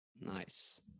nice